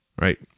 right